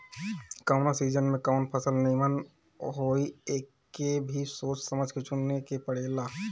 कवना सीजन में कवन फसल निमन होई एके भी सोच समझ के चुने के पड़ेला